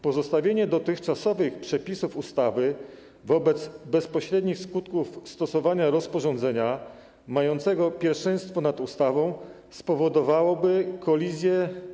Pozostawienie dotychczasowych przepisów ustawy wobec bezpośrednich skutków stosowania rozporządzenia mającego pierwszeństwo nad ustawą spowodowałoby kolizję.